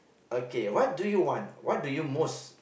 what do you want what do you most